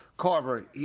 Carver